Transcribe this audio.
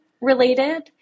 related